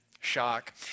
shock